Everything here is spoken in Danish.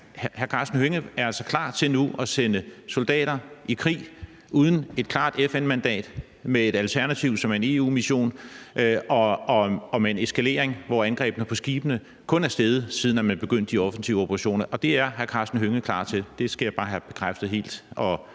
Hr. Karsten Hønge er altså klar til nu at sende soldater i krig uden et klart FN-mandat og med et alternativ, som er en EU-mission, samtidig med at der er en eskalering, i forhold til at antallet af angreb på skibene kun er steget, siden man begyndte de offensive operationer. Er hr. Karsten Hønge klar til det? Det skal jeg bare have bekræftet helt,